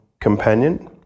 companion